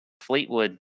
Fleetwood